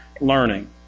learning